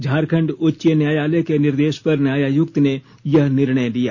झारखंड उच्च न्यायालय के निर्देश पर न्यायायक्त ने यह निर्णय लिया